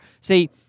See